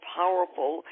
powerful